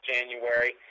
January